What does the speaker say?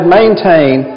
maintain